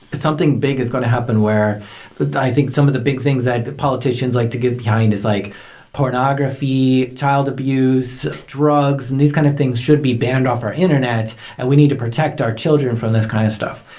something big is going to happen where but i think some of the big things that politicians like to get behind is like pornography, child abuse, drugs. and these kind of thing should be banned off our internet and we need to protect our children from this kind of stuff.